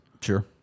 Sure